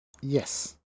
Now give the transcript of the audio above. Yes